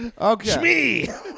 okay